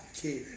Okay